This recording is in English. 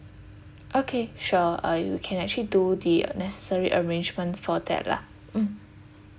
okay sure uh you can actually do the necessary arrangements for that lah mm